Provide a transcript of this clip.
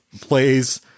plays